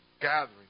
Gathering